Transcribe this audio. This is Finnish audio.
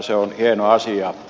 se on hieno asia